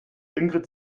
ingrid